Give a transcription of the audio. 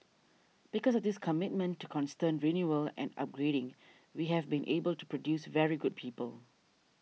because of this commitment to constant renewal and upgrading we have been able to produce very good people